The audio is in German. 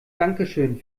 dankeschön